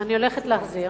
אני הולכת להחזיר,